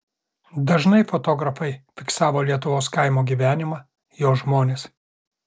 dažnai fotografai fiksavo lietuvos kaimo gyvenimą jo žmones